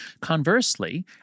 Conversely